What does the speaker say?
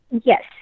Yes